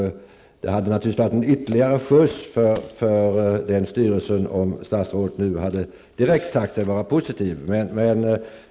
Det hade naturligtvis varit ytterligare en skjuts för den styrelsen om statsrådet nu direkt hade sagt sig vara positiv.